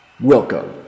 Welcome